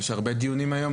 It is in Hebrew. יש הרבה דיונים היום,